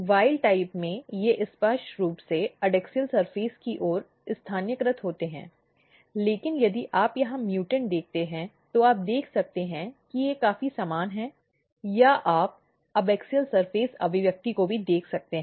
जंगली प्रकार में ये स्पष्ट रूप से एडैक्सियल सतह की ओर स्थानीयकृत होते हैं लेकिन यदि आप यहां म्युटेंट देखते हैं तो आप देख सकते हैं कि वे काफी समान हैं या आप एबॅक्सियल सतह अभिव्यक्ति को भी देख सकते हैं